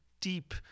deep